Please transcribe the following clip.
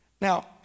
Now